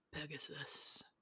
Pegasus